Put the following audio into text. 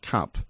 Cup